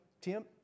Tim